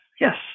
Yes